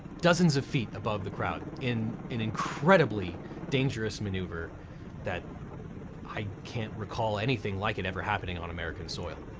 dozens of feet above the crowd in an incredibly dangerous maneuver that i can't recall anything like it ever happening on american soil.